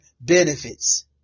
benefits